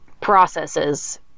processes